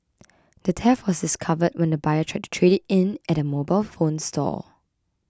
the theft was discovered when the buyer tried to trade it in at a mobile phone stop